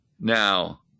now